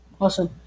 Awesome